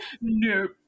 Nope